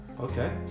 Okay